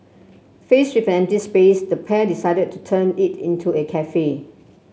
faced with an empty space the pair decided to turn it into a cafe